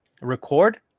record